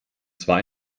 zwar